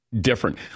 different